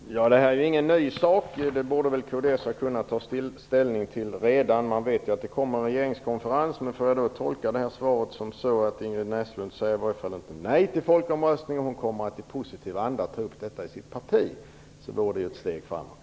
Fru talman! Detta är ju ingen ny sak. Det borde väl kds ha kunnat ta ställning till redan. Man vet ju att det kommer en regeringskonferens. Får jag då tolka svaret som att Ingrid Näslund i varje fall inte säger nej till en folkomröstning och att hon kommer att i positiv anda ta upp detta i sitt parti. Det vore ett steg framåt.